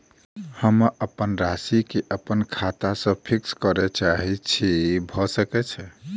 हम अप्पन राशि केँ अप्पन खाता सँ फिक्स करऽ चाहै छी भऽ सकै छै?